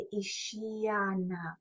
isiana